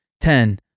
ten